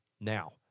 now